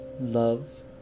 Love